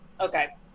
Okay